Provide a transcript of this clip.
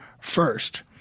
first